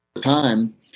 time